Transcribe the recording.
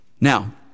Now